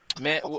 Man